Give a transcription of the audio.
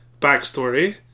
backstory